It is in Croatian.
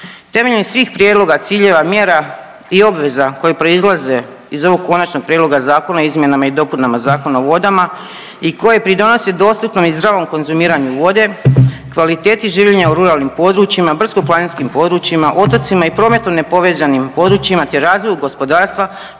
Temeljem svih prijedloga, ciljeva, mjera i obveza koje proizlaze iz ovog konačnog prijedloga zakona o izmjenama i dopunama Zakona o vodama i koje pridonosi dostupnom i zdravom konzumiranju vode, kvaliteti življenja u ruralnim područjima, brdsko-planinskim područjima, otocima i prometno nepovezanim područjima, te razvoju gospodarstva